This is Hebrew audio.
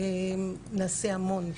יעשה המון.